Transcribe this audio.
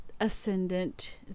ascendant